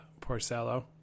Porcello